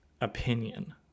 opinion